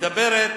מדברת